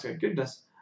goodness